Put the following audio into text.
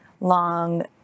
long